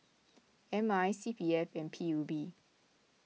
M I C P F and P U B